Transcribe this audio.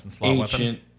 ancient